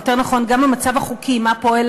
או יותר נכון גם המצב החוקי של מה פועל